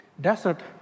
Desert